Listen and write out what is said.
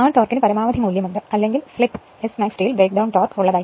ആ ടോർക്കിന് പരമാവധി മൂല്യം അല്ലെങ്കിൽ സ്ലിപ്പ് Smax T യിൽ ബ്രേക്ക്ഡൌൺ ടോർക്ക് TBD ഉണ്ട്